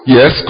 Yes